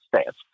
stance